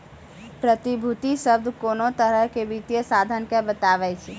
प्रतिभूति शब्द कोनो तरहो के वित्तीय साधन के बताबै छै